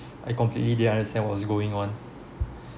I completely didn't understand what's going on